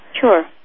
Sure